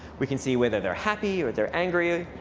we can see whether they're happy or they're angry.